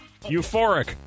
Euphoric